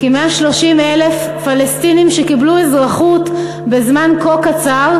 כי 130,000 פלסטינים שקיבלו אזרחות בזמן כה קצר,